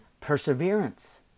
perseverance